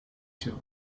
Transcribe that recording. tone